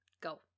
Go